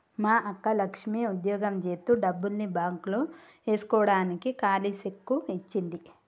మా అక్క లక్ష్మి ఉద్యోగం జేత్తు డబ్బుల్ని బాంక్ లో ఏస్కోడానికి కాలీ సెక్కు ఇచ్చింది